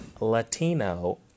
Latino